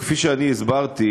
כפי שאני הסברתי,